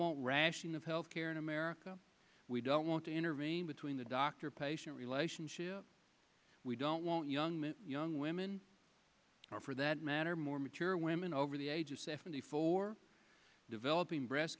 want rationing of health care in america we don't want to intervene between the doctor patient relationship we don't want young men young women or for that matter more mature women over the age of seventy for developing breast